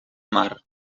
mar